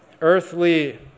earthly